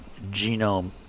genome